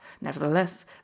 Nevertheless